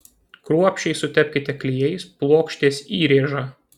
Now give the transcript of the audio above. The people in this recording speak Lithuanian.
kruopščiai sutepkite klijais plokštės įrėžą